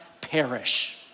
perish